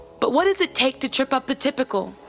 but what does it take to trip up the typical,